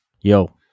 Yo